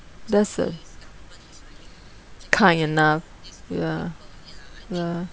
that's a kind enough ya ya